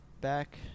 back